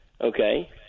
Okay